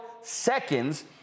seconds